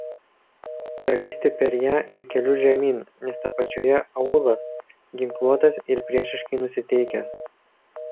pralįsti per ją ir keliu žemyn nes apačioje aūlas ginkluotas ir priešiškai nusiteikęs